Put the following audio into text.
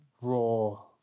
Raw